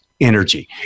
energy